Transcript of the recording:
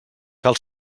cal